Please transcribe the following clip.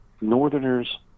Northerners